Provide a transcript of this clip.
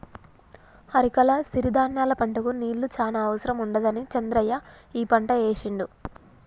అరికల సిరి ధాన్యాల పంటకు నీళ్లు చాన అవసరం ఉండదని చంద్రయ్య ఈ పంట ఏశిండు